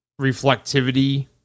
reflectivity